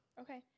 Okay